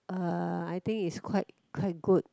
uh I think it's quite quite good